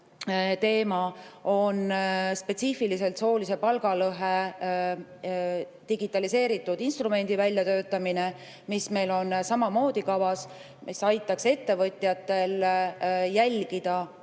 teema on spetsiifiliselt soolise palgalõhe digitaliseeritud instrumendi väljatöötamine, mis meil on samamoodi kavas. See aitaks ettevõtjatel jälgida,